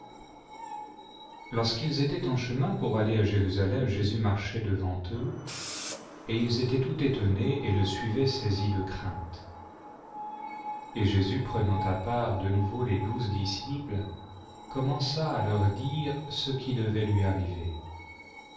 lorsqu'ils étaient en chemin pour aller à jérusalem jésus marchait devant eux et évangile chap lo ils étaient tout étonnes et le suivaient saisis de crainte et jésus prenant à part de nouveau les douze disciples commença à leur dire ce qui devait lui arriver